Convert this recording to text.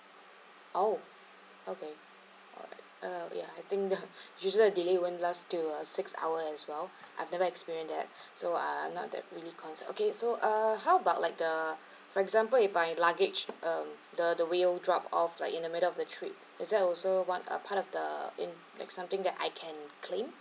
oh okay alright uh ya I think the usual the delay won't last till a six hour as well I've never experience that so are not that really cons okay so uh how about like the for example if my luggage um the the wheel dropped off like in the middle of the trip is that also one a part of the in like something that I can claim